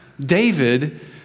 David